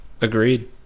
Agreed